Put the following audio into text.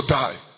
die